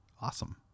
awesome